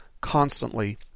constantly